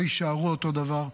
לא יישארו אותו הדבר,